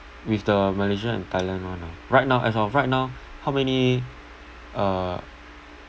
with the malaysia and thailand [one] ah right now as of right now how many uh